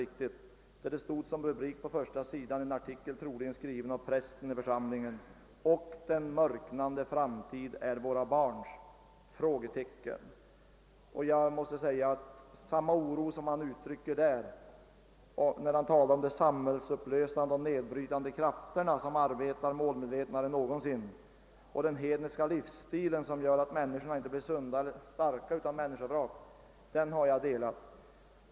På första sidan av denna skrift stod som rubrik över en artikel, troligen skriven av prästen i församlingen: »Och den mörknande framtid är våra barns?» Jag delar den oro som skribenten där uttrycker, när han talar om att »de samhällsupplösande och nedbrytande krafterna just nu arbetar mer målmedvetet än någonsin», och om den hedniska livsstil som gör att människorna inte blir sundare och starkare utan i stället människovrak.